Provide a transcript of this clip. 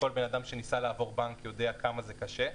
כל בן אדם שניסה לעבור בנק יודע כמה זה קשה.